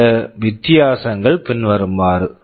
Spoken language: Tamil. சில வித்தியாசங்கள் பின்வருமாறு